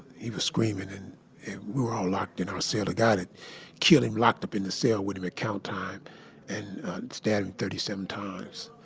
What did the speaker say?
he was screaming, and, and we were all locked in our cell. the guy that killed him locked up in the cell with him at count time and stabbed him thirty seven times,